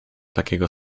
takiego